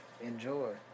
enjoy